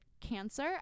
cancer